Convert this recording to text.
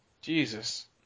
Jesus